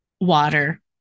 water